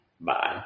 Bye